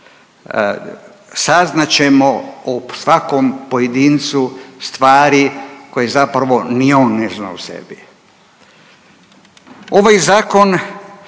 Saznat ćemo o svakom pojedincu stvari koje zapravo ni on ne zna o sebi. Ovaj zakon